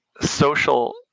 social